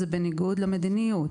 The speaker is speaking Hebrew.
זה בניגוד למדיניות.